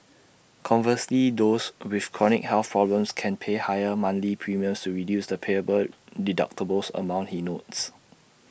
conversely those with chronic health problems can pay higher monthly premiums to reduce the payable deductible amounts he notes